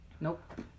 Nope